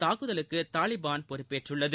தாக்குதலுக்கு இந்த தாலிபான் பொறுப்பேற்றுள்ளது